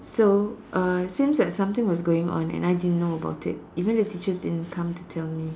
so uh since that something was going on and I didn't know about it even the teachers didn't come to tell me